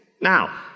Now